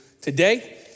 today